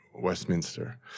Westminster